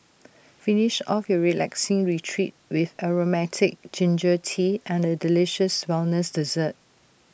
finish off your relaxing retreat with Aromatic Ginger Tea and A delicious wellness dessert